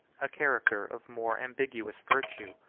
a character of more ambiguous virtue.